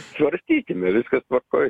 svarstykime viskas tvarkoj